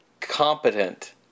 Competent